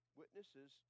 witnesses